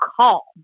call